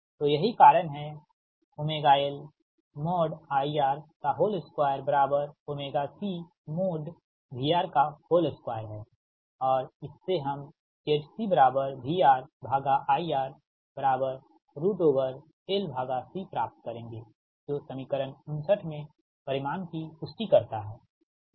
तो यही कारण है LIR2CVR2 है और इस से हम ZCVRIRLC प्राप्त करेंगे जो समीकरण 59 में परिणाम की पुष्टि करता है